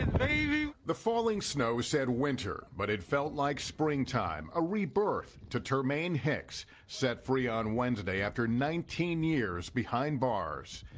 and baby! reporter the falling snow said winter but it felt like springtime, a rebirth to termaine hicks set free on wednesday after nineteen years behind bars.